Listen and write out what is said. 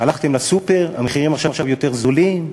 הלכתם לסופר, המחירים עכשיו יותר זולים?